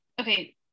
okay